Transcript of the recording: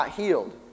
healed